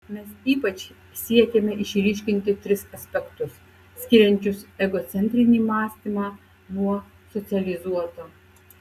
mes ypač siekėme išryškinti tris aspektus skiriančius egocentrinį mąstymą nuo socializuoto